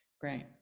great